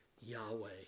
Yahweh